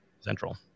Central